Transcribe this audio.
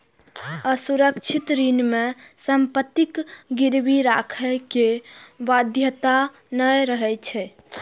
असुरक्षित ऋण मे संपत्ति गिरवी राखै के बाध्यता नै रहै छै